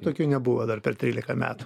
tokių nebuvo dar per trylika metų